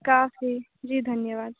काफ़ी जी धन्यवाद